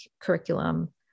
curriculum